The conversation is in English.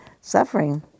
suffering